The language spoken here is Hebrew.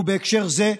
ובהקשר זה,